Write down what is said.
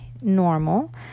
normal